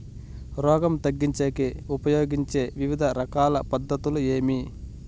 రోగం తగ్గించేకి ఉపయోగించే వివిధ రకాల పద్ధతులు ఏమి?